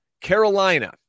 Carolina